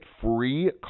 free